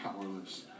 powerless